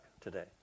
today